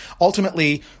Ultimately